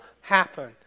happen